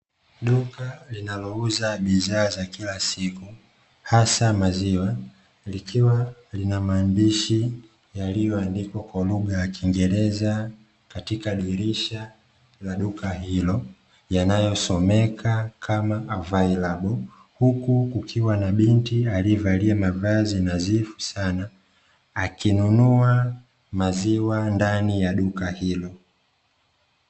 Duka linalouza bidhaa za kila siku hasa maziwa, likiwa lina maandishi yaliyoandikwa kwa lugha ya kiingereza katika dirisha la duka hilo. Yanayosomeka kama "available", huku kukiwa na binti aliyevalia mavazi nadhifu sana, akinunua maziwa ndani ya duka hilo.